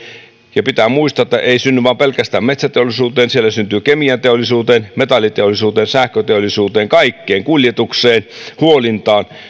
ja pitää muistaa että ei synny pelkästään metsäteollisuuteen siellä syntyy kemianteollisuuteen metalliteollisuuteen sähköteollisuuteen kaikkeen kuljetukseen huolintaan